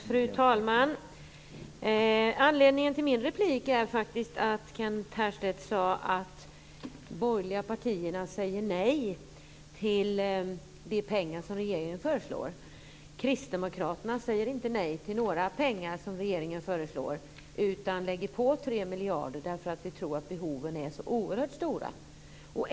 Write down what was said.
Fru talman! Anledningen till min replik är att Kent Härstedt sade att de borgerliga partierna säger nej till de pengar som regeringen föreslår. Kristdemokraterna säger inte nej till några pengar som regeringen föreslår utan lägger på 3 miljarder, därför att vi tror att behoven är så oerhört stora.